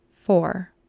Four